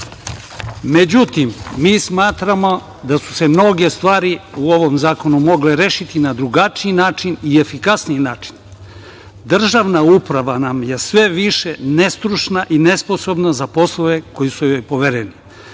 mi smatramo da su se mnoge stvari u ovom zakonu mogle rešiti na drugačiji način i efikasniji način. Državna uprava nam je sve više nestručna i nesposobna za poslove koji su joj povereni.